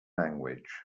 language